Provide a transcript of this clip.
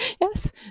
Yes